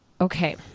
okay